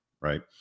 right